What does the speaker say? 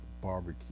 barbecue